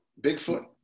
Bigfoot